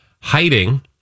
hiding